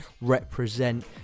represent